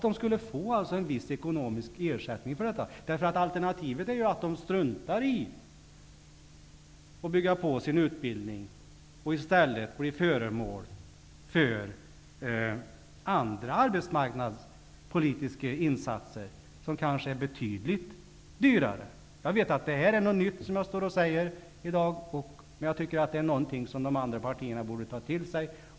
De skulle få en viss ekonomisk ersättning för detta. Alternativet är att de struntar i att bygga på sin utbildning och i stället blir föremål för andra arbetsmarknadspolitiska insatser, som kanske är betydligt dyrare. Jag vet att det jag säger i dag är något nytt, men jag tycker att det är något som de andra partierna borde ta till sig.